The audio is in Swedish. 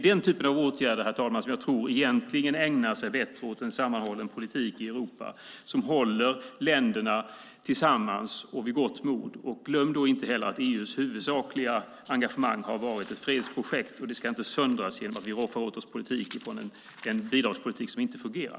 Den typen av åtgärder, herr talman, tror jag egentligen bättre ägnar sig för en sammanhållen politik i Europa, som håller länderna tillsammans och vid gott mod. Glöm då inte heller att EU:s huvudsakliga engagemang har varit ett fredsprojekt. Det ska inte söndras genom att vi roffar åt oss politik från en bidragspolitik som inte fungerar.